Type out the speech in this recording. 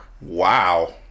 Wow